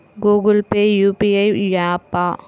Google Pay UPI య్యాపా?